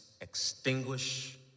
extinguish